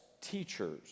teachers